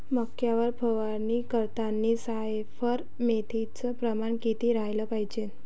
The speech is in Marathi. मक्यावर फवारनी करतांनी सायफर मेथ्रीनचं प्रमान किती रायलं पायजे?